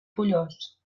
pollós